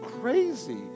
crazy